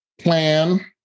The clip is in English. plan